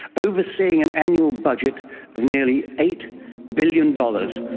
overseeing an annual budget of nearly eight billion dollars.